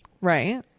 Right